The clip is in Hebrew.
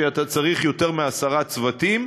שבהם אתה צריך יותר מעשרה צוותים.